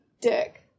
dick